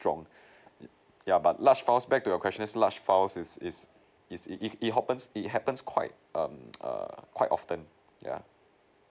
yeah but large falls back to your questions large falls is is is it it it happens it happens quite um err quite often yeah